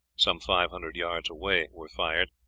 some five hundred yards away, were fired,